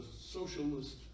socialist